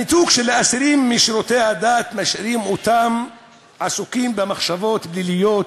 הניתוק של האסירים משירותי הדת משאיר אותם עסוקים במחשבות פליליות,